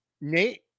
Nate